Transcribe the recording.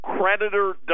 creditor